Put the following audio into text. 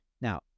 Now